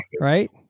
right